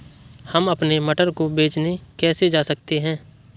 हम अपने मटर को बेचने कैसे जा सकते हैं?